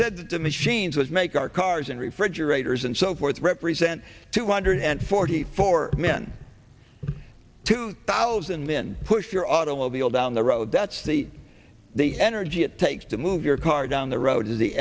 said the machines which make our cars and refrigerators and so forth represent two hundred and forty four men two thousand min push your automobile down the road that's the the energy it takes to move your car down the road is the